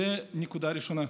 זו הנקודה הראשונה.